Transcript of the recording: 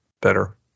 better